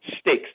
sticks